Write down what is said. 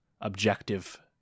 objective